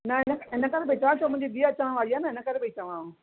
न हिन हिन करे भई चवां छो मुंहिंजी धीउ अचणु वारी आहे न इनकरे पेई चवां